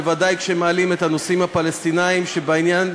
בוודאי כשמעלים את הנושאים הפלסטינים שבעניין,